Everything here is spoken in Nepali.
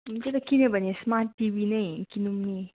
त्यही त किन्यो भने स्मार्ट टिभी नै किनौँ नि